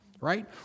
right